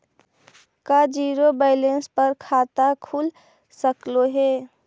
का zero balance पर खाता खुल सकले हे?